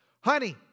Honey